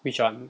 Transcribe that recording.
which [one]